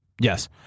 Yes